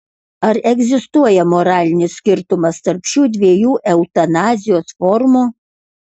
ar egzistuoja moralinis skirtumas tarp šių dviejų eutanazijos formų